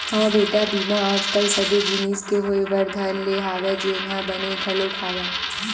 हव बेटा बीमा आज कल सबे जिनिस के होय बर धर ले हवय जेनहा बने घलोक हवय